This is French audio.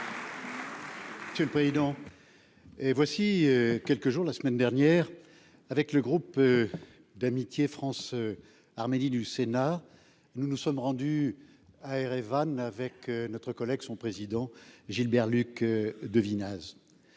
Le président et voici quelques jours la semaine dernière avec le groupe d'amitié France- Arménie du Sénat, nous nous sommes rendu à Erevan avec notre collègue son président Gilbert Luc de vinasse